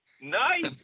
nice